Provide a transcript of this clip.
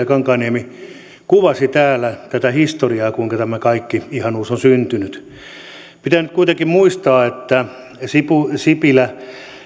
kankaanniemi kuvasi täällä tätä historiaa kuinka tämä kaikki ihanuus on syntynyt pitää nyt kuitenkin muistaa että sipilä sipilä